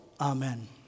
Amen